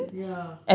ya